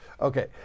okay